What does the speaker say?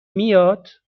میاد